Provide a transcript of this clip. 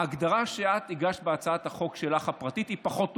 ההגדרה שאת הגשת בהצעת החוק הפרטית שלך היא פחות טובה,